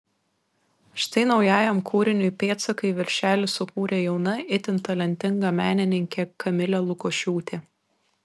štai naujajam kūriniui pėdsakai viršelį sukūrė jauna itin talentinga menininkė kamilė lukošiūtė